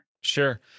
Sure